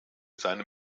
seine